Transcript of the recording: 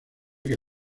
que